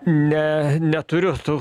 ne neturiu tų